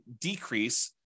decrease